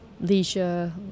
leisure